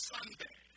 Sunday